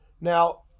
Now